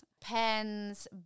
pens